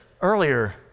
earlier